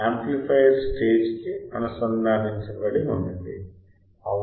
amplifier stage కి అనుసంధానించబడి ఉంది అవునా